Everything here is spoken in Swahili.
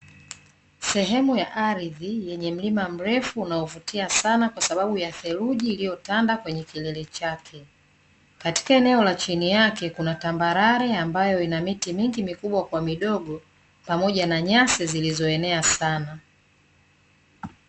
Sehemu ya ardhi yenye mlima mrefu unaovutia sana kwa sababu ya theluji iliyotanda kwenye kilele chake. Katika eneo la chini yake kuna tambarare ambayo ina miti mingi mikubwa kwa midogo, pamoja na nyasi zilizoenea sana.